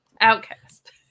Outcast